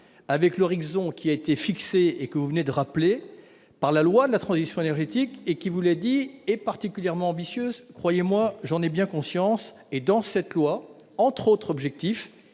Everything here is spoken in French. avec l'horizon qui a été fixé, et que vous avez rappelé, par la loi de transition énergétique. Ce texte est particulièrement ambitieux : croyez-moi, j'en ai bien conscience. Dans cette loi, entre autres objectifs,